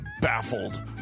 baffled